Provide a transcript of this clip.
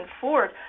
Ford